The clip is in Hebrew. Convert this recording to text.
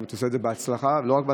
ואני חושב שאת עושה את זה לא רק בהצלחה,